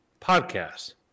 podcast